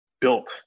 built